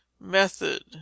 method